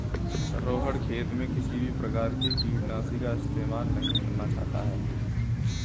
रोहण खेत में किसी भी प्रकार के कीटनाशी का इस्तेमाल नहीं करना चाहता है